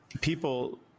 People